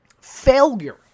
failure